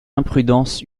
imprudence